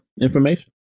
information